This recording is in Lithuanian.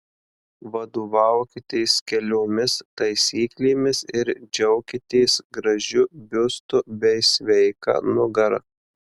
vadovaukitės keliomis taisyklėmis ir džiaukitės gražiu biustu bei sveika nugara